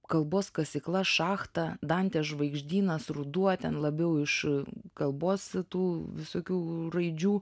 kalbos kasykla šachta dantės žvaigždynas ruduo ten labiau iš kalbos tų visokių raidžių